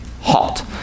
halt